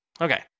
Okay